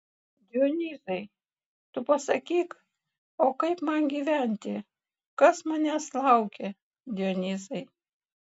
dionyzai tu pasakyk o kaip man gyventi kas manęs laukia dionyzai